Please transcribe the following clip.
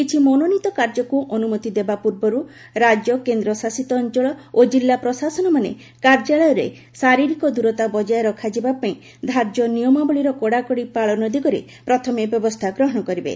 କିଛି ମନୋନୀତ କାର୍ଯ୍ୟକୁ ଅନୁମତି ଦେବା ପୂର୍ବରୁ ରାଜ୍ୟ କେନ୍ଦ୍ରଶାସିତ ଅଞ୍ଚଳ ଓ ଜିଲ୍ଲା ପ୍ରଶାସନମାନେ କାର୍ଯ୍ୟାଳୟରେ ଶାରୀରିକ ଦୂରତା ବଜାୟ ରଖାଯିବା ପାଇଁ ଧାର୍ଯ୍ୟ ନିୟମାବଳୀର କଡ଼ାକଡ଼ି ପାଳନ ଦିଗରେ ପ୍ରଥମେ ବ୍ୟବସ୍ଥା ଗ୍ରହଣ କରିବେ